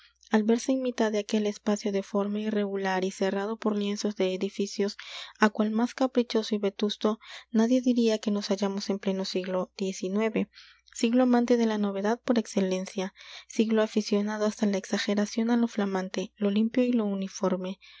al verse en mitad de aquel espacio de forma irregular y cerrado por lienzos de edificios á cual más caprichoso y vetusto nadie diría que nos hallamos en pleno siglo xix siglo amante de la novedad por excelencia siglo aficionado hasta la exageración á lo flamante lo limpio y lo uniforme